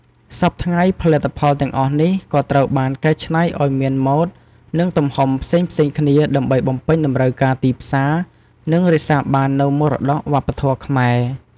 សព្វថ្ងៃ ផលិតផលទាំងអស់នេះក៏ត្រូវបានកែច្នៃឱ្យមានម៉ូដ និងទំហំផ្សេងៗគ្នា ដើម្បីបំពេញតម្រូវការទីផ្សារ និងរក្សាបាននូវមរតកវប្បធម៌ខ្មែរ។